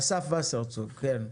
אסף וסרצוג, כן.